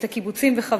את הקיבוצים וחבריהם